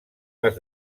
les